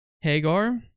Hagar